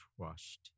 trust